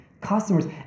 customers